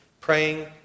Praying